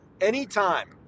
anytime